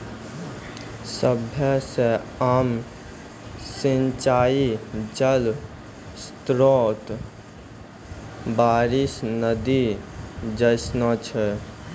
सभ्भे से आम सिंचाई जल स्त्रोत बारिश, नदी जैसनो छै